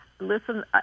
listen